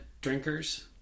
drinkers